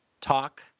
talk